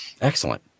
Excellent